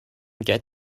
get